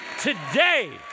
today